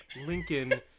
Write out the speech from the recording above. Lincoln